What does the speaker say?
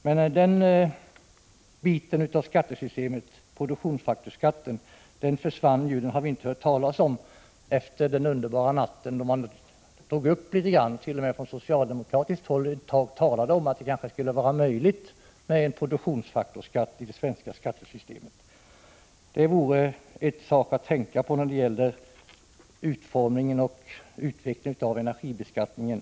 Men det inslag i skattesystemet som produktionsfaktorsskatten utgjorde försvann som bekant. Det har vi inte hört talas om efter den underbara natten, då man från socialdemokratiskt håll talade om att det kanske skulle vara möjligt med en produktionsfaktorsskatt i det svenska skattesystemet. Enligt vår uppfattning vore en sådan värd att tänka på vid utformningen och utvecklingen av energibeskattningen.